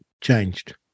changed